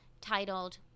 titled